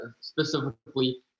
specifically